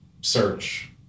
search